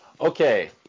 Okay